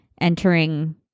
entering